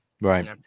Right